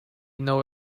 know